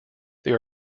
there